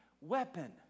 weapon